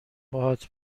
باهات